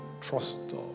trust